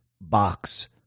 box